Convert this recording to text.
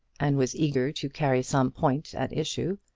and was eager to carry some point at issue.